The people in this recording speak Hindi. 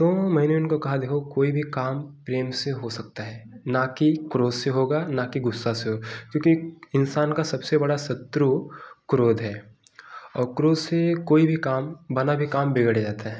तो मैंने उनको कहा देखो कोई भी काम प्रेम से हो सकता है ना की क्रोध से होगा ना कि गुस्सा से हो क्योंकि इंसान का सबसे बड़ा शत्रु क्रोध है और क्रोध से कोई भी काम बना भी काम बिगड़ जाता है